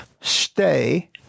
stay